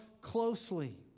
closely